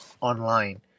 online